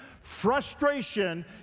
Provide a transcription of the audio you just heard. frustration